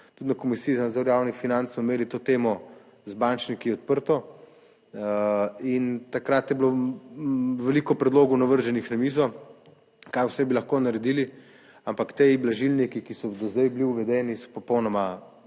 Tudi na Komisiji za nadzor javnih financ smo imeli to temo z bančniki odprto in takrat je bilo veliko predlogov navrženih na mizo, kaj vse bi lahko naredili, ampak ti blažilniki, ki so do zdaj bili uvedeni, so popolnoma